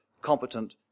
competent